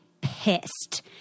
pissed